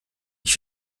ich